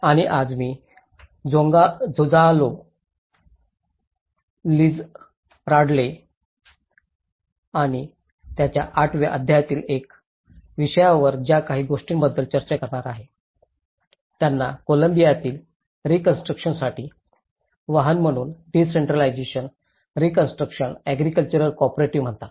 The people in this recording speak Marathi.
आणि आज मी गोंझालो लिझरालडे आणि त्याच्या 8 व्या अध्यायातील एका विषयावर ज्या काही गोष्टींबद्दल चर्चा करणार आहे त्यांना कोलंबियामधील रीकॉन्स्ट्रुकशनसाठी वाहन म्हणून डिसेंट्रलाजेशन रीकॉन्स्ट्रुकशन ऍग्रिकल्चरल कॉपरेटिव्ह म्हणतात